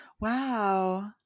wow